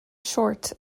short